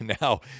Now